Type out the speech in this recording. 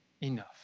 enough